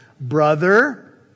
Brother